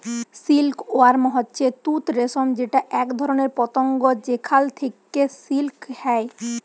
silk worm হচ্যে তুত রেশম যেটা এক ধরণের পতঙ্গ যেখাল থেক্যে সিল্ক হ্যয়